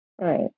right